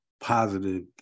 positive